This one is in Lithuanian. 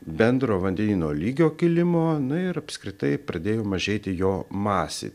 bendro vandenyno lygio kilimo na ir apskritai pradėjo mažėti jo masė